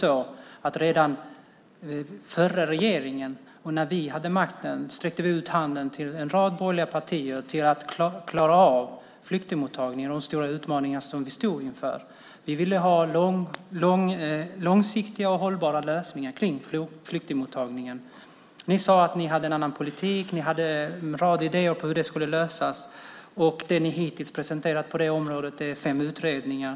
Redan under den förra regeringen, när vi hade makten, sträckte vi ut en hand till en rad borgerliga partier för att klara av flyktingmottagningen och de stora utmaningar som vi stod inför. Vi ville ha långsiktiga och hållbara lösningar beträffande flyktingmottagningen. Ni sade att ni hade en annan politik. Ni hade en rad idéer om hur det där skulle lösas. Men vad ni hittills har presenterat på området är fem utredningar.